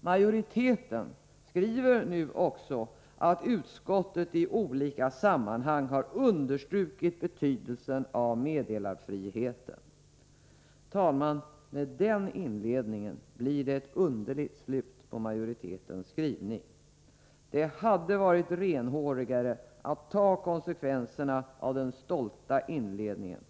Majoriteten skriver nu också att utskottet i olika sammanhang har understrukit betydelsen av meddelarfriheten. Med den inledningen, fru talman, blir det ett underligt slut på majoritetens skrivning. Det hade varit renhårigare att ta konsekvenserna av den stolta inledningen.